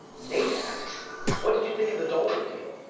nate asks, what did you think of the dalton deal?